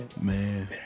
man